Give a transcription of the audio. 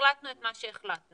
החלטנו את מה שהחלטנו,